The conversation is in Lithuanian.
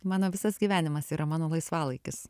mano visas gyvenimas yra mano laisvalaikis